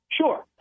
Sure